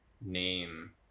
name